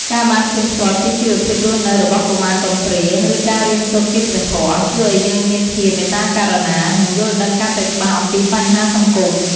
ការបានឃើញផ្ទាល់ពីជីវភាពរស់នៅរបស់កុមារកំព្រា ឬការរៀនសូត្រពីព្រះធម៌ ជួយឱ្យយើងមានភាពមេត្តាករុណា និងយល់ដឹងកាន់តែច្បាស់អំពីបញ្ហាសង្គម។